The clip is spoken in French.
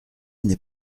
n’est